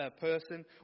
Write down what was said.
person